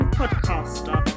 podcaster